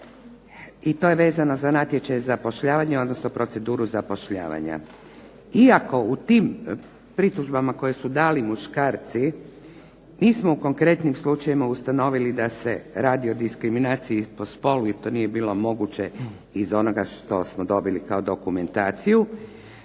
i to je vezano za natječaj zapošljavanje odnosno proceduru zapošljavanja. Iako u tim pritužbama koje su dali muškarci nismo u konkretnim slučajevima ustanovili da se radi o diskriminaciji po spolu i to nije bilo moguće iz onoga što smo dobili kao dokumentaciju